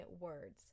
words